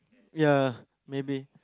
ya maybe